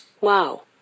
Wow